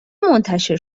منتشر